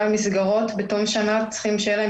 המסגרות בתום שנה צריכים שיהיו להם